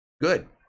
good